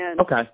Okay